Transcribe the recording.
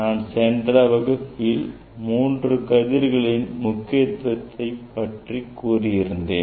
நான் சென்ற தலைப்பில் மூன்று கதிர்களின் முக்கியத்துவத்தை பற்றிக் கூறியிருக்கிறேன்